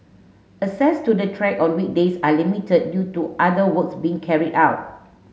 access to the track on weekdays are limited due to other works being carried out